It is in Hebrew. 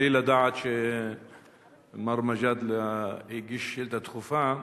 בלי לדעת שמר מג'אדלה הגיש שאילתא דחופה.